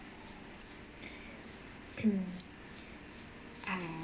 uh